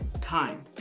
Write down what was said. time